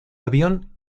avión